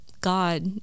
god